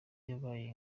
yabaye